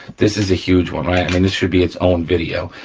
this is a huge one right? i mean this should be its own video,